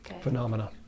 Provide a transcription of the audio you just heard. Phenomena